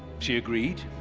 she agreed.